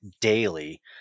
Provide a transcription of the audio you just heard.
daily